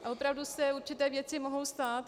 A opravdu se určité věci mohou stát.